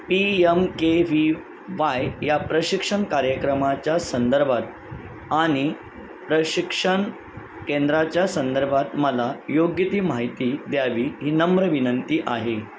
P M K V Y या प्रशिक्षण कार्यक्रमाच्या संदर्भात आणि प्रशिक्षण केंद्राच्या संदर्भात मला योग्य ती माहिती द्यावी ही नम्र विनंती आहे